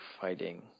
fighting